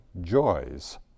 joys